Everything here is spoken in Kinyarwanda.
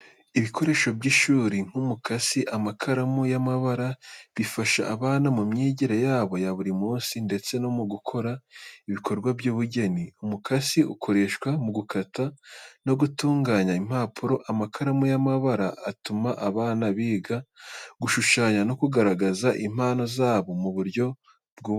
Ibikoresho by’ishuri nk’umukasi, amakaramu y’amabara bifasha abana mu myigire yabo ya buri munsi ndetse no mu gukora ibikorwa by’ubugeni. Umukasi ukoreshwa mu gukata no gutunganya impapuro, amakaramu y’amabara atuma abana biga gushushanya no kugaragaza impano zabo mu buryo bw’ubuhanzi.